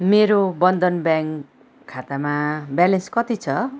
मेरो बन्धन ब्याङ्क खातामा ब्यालेन्स कति छ